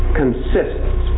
consists